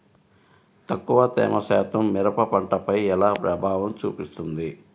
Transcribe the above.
తక్కువ తేమ శాతం మిరప పంటపై ఎలా ప్రభావం చూపిస్తుంది?